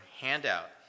handout